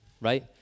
right